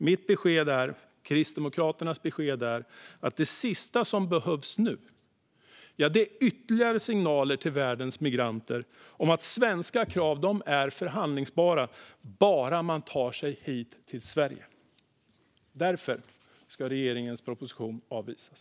Mitt och Kristdemokraternas besked är att det sista som behövs nu är ytterligare signaler till världens migranter om att svenska krav är förhandlingsbara bara man tar sig hit till Sverige. Därför yrkar jag på att regeringens proposition ska avvisas.